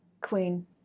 Queen